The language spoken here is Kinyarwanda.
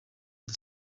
dos